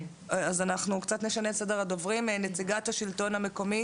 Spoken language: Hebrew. קצת נשנה את סדר הדוברים, נציגת השלטון המקומי